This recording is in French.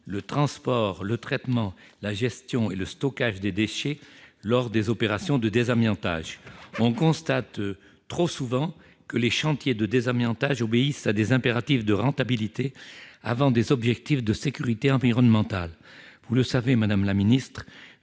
le transport, le traitement, la gestion et le stockage des déchets lors des opérations de désamiantage. On constate trop souvent que, dans les chantiers de désamiantage, les impératifs de rentabilité passent avant les objectifs de sécurité environnementale. Vous le savez, madame la ministre,